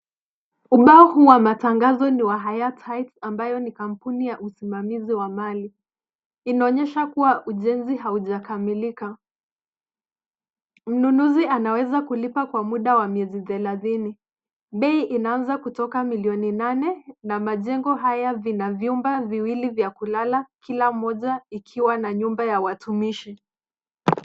Ubao huu wa matangazo ni wa Hayat Heights ambayo ni kampuni ya usimamizi wa mali. Inaonyesha kuwa ujenzi haujakamilika. Mnunuzi anaweza kulipa kwa muda wa miezi thelathini. Bei inaanza kutoka milioni nane na majengo haya vina vyumba viwili vya kulala kila moja ikiwa na nyumba ya watumishi.